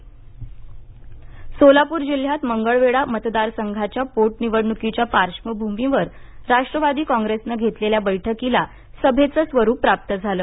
गुन्हा नोंद सोलाप्र जिल्ह्यात मंगळवेढा मतदारसंघाच्या पोटनिवडणुकीच्या पार्श्वभूमीवर राष्ट्रवादी काँग्रेसनं घेतलेल्या बैठकीला सभेचं स्वरूप प्राप्त झालं